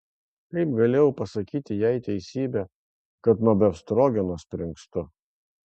kaip galėjau pasakyti jai teisybę kad nuo befstrogeno springstu